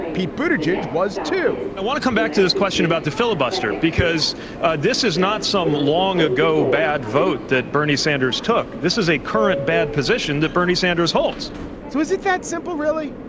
pete bruder jej was to i want to come back to this question about the filibuster, because ah this is not some long ago bad vote that bernie sanders took. this is a current bad position that bernie sanders holds so is it that simple? really,